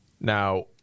Now